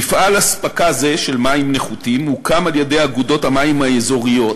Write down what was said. מפעל אספקה של מים נחותים הוקם על-ידי אגודות המים האזוריות